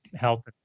health